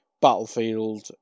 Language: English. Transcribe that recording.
Battlefield